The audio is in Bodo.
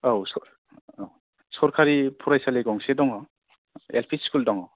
औ सर सरकारि फरायसालि गंसे दङ एलपि स्कुल दङ